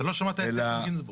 אתה לא שמעת את איתן גינזבורג.